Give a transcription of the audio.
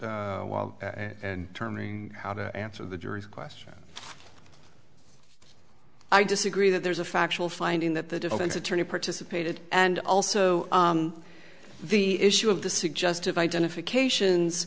and turning how to answer the jury's question i disagree that there's a factual finding that the defense attorney participated and also the issue of the suggestive identifications